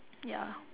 ya